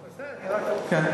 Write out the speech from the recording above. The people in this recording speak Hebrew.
טוב, בסדר, אני רק רוצה, כן.